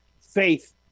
faith